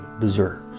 deserves